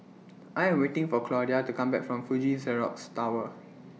I Am waiting For Claudia to Come Back from Fuji Xerox Tower